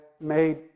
made